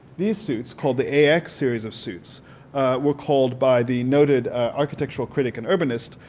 these suits called the ax series of suits were called by the noted architectural critic and urbanist,